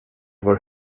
vår